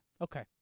Okay